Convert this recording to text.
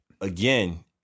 again